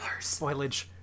Spoilage